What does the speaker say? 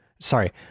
sorry